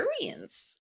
experience